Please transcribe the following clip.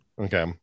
Okay